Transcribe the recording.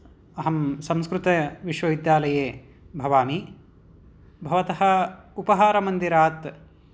अहं संस्कृतविश्वविद्यालये भवामि भवतः उपहारमन्दिरात्